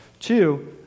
Two